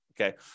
okay